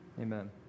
Amen